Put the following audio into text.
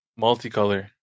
Multicolor